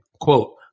Quote